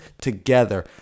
together